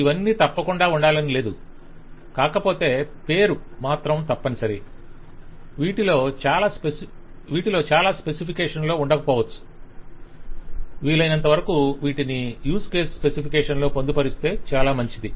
అయితే ఇవాన్నీ తప్పకుండా ఉండాలని లేదు కాకపోతే పేరు మాత్రం తప్పనిసరి వీటిలో చాలా స్పెసిఫికేషన్ లో ఉండకపోవచ్చు వీలైనంతవరకు వీటిని యూస్ కేస్ స్పెసిఫికేషన్ లో పొందుపరిస్తే చాలా మంచిది